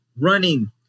running